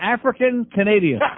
African-Canadian